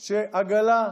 ואני אומר לך שעגלה,